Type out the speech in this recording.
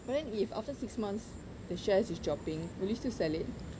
but then if after six months the shares is dropping will you still sell it